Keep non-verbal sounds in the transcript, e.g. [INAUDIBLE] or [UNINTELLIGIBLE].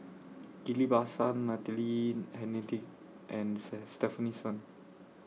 Ghillie BaSan Natalie Hennedige and [UNINTELLIGIBLE] Stefanie Sun